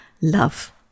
love